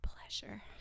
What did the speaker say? Pleasure